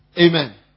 Amen